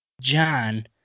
John